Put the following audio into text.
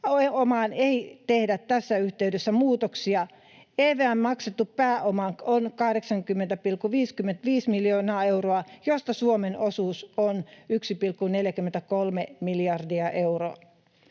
pääomaan ei tehdä tässä yhteydessä muutoksia. EVM:n maksettu pääoma on 80,55 miljardia euroa, josta Suomen osuus on 1,43 miljardia euroa.